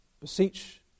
beseech